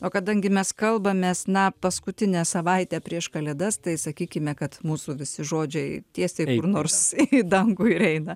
o kadangi mes kalbamės na paskutinę savaitę prieš kalėdas tai sakykime kad mūsų visi žodžiai tiesiai kur nors į dangų ir eina